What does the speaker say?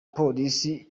polisi